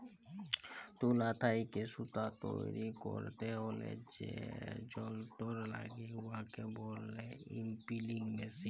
তুলা থ্যাইকে সুতা তৈরি ক্যইরতে হ্যলে যে যল্তর ল্যাগে উয়াকে ব্যলে ইস্পিলিং মেশীল